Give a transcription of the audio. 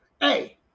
Hey